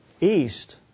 east